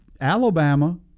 Alabama